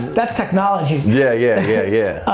that's technology yeah yeah yeah yeah.